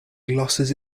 glosses